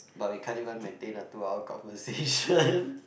but we can't even maintain a two hour conversation